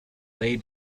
lay